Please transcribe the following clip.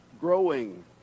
growing